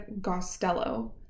Gostello